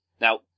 Now